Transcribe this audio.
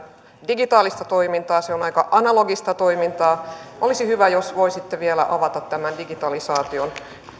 digitaalista toimintaa se on on aika analogista toimintaa olisi hyvä jos voisitte vielä avata tämän digitalisaation och